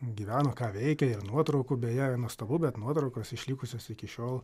gyveno ką veikė ir nuotraukų beje nuostabu bet nuotraukos išlikusios iki šiol